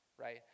right